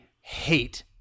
hate